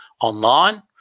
online